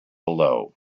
below